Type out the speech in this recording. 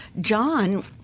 John